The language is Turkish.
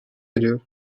eriyor